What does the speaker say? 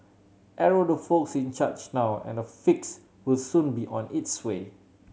arrow the folks in charge now and a fix will soon be on its way